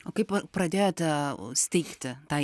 o kaip pradėjote steigti tą